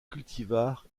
cultivars